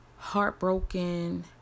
heartbroken